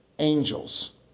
Angels